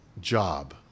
job